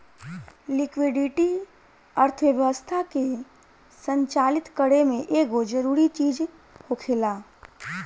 liquidity अर्थव्यवस्था के संचालित करे में एगो जरूरी चीज होखेला